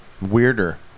Weirder